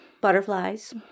butterflies